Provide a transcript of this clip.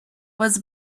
was